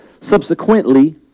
Subsequently